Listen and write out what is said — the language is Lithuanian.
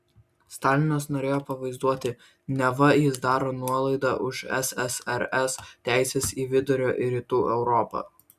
stalinas norėjo pavaizduoti neva jis daro nuolaidą už ssrs teises į vidurio ir rytų europą